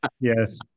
yes